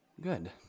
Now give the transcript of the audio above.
Good